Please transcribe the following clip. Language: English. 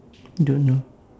don't know